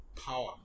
power